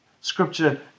Scripture